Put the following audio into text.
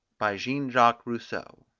by jean jacques rousseau